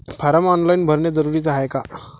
Form online भरने जरुरीचे हाय का?